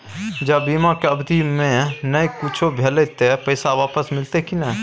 ज बीमा के अवधि म नय कुछो भेल त पैसा वापस मिलते की नय?